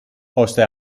ώστε